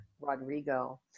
rodrigo